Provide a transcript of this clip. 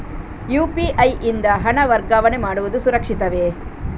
UPI ಯಿಂದ ಹಣ ವರ್ಗಾವಣೆ ಮಾಡುವುದು ಸುರಕ್ಷಿತವೇ?